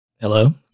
Hello